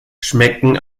schmecken